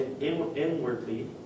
inwardly